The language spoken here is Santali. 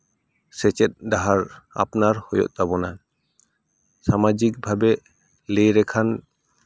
ᱥᱮᱪᱮᱫ ᱰᱟᱦᱟᱨ ᱟᱯᱱᱟᱨ ᱦᱳᱭᱳᱜ ᱛᱟᱵᱚᱱᱟ ᱥᱟᱢᱟᱡᱤᱠ ᱵᱷᱟᱵᱮ ᱞᱟᱹᱭ ᱞᱮᱠᱷᱟᱱ